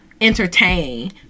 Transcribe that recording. entertain